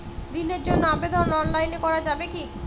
ঋণের জন্য আবেদন অনলাইনে করা যাবে কি?